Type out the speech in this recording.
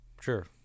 Sure